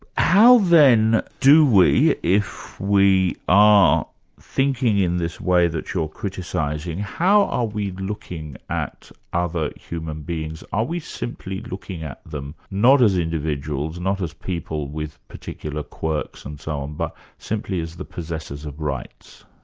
how then do we, if we are thinking in this way that you're criticising, how are we looking at other human beings? are we simply looking at them, not as individuals, not as people with particular quirks and so on, but simply as the possessors of rights?